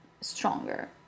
stronger